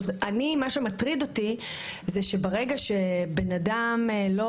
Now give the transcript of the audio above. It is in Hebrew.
מה שמטריד אותי זה שברגע שבן אדם לא